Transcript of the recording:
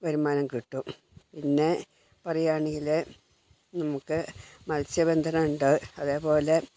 വരുമാനം കിട്ടും പിന്നെ പറയാണേൽ നമുക്ക് മത്സ്യബന്ധനമുണ്ട് അതേപോലെ